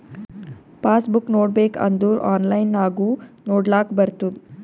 pass book ನೋಡ್ಬೇಕ್ ಅಂದುರ್ online ನಾಗು ನೊಡ್ಲಾಕ್ ಬರ್ತುದ್